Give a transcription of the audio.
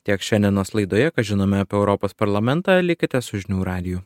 tiek šiandienos laidoje ką žinome apie europos parlamentą likite su žinių radiju